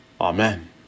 Amen